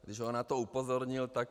Když ho na to upozornil, tak...